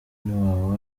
ntiwaba